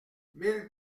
mille